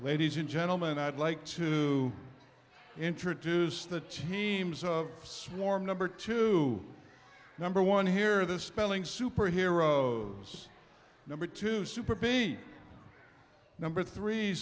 ladies and gentlemen i'd like to introduce the teams of swarm number two number one here the spelling super heroes number two super be number three